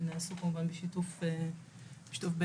שנעשו כמובן בשיתוף בין-משרדי.